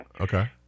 Okay